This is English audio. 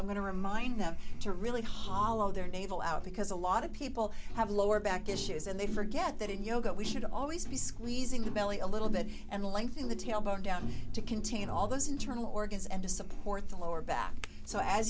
i'm going to remind them to really hollow their navel out because a lot of people have lower back issues and they forget that in yoga we should always be squeezing the belly a little bit and lengthen the tailbone down to contain all those internal organs and to support the lower back so as